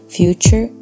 future